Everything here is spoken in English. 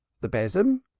the besom!